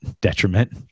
detriment